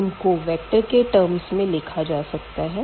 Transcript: इनको वेक्टर के टर्म्स में लिखा जा सकता है